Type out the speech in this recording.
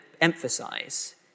emphasize